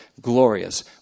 glorious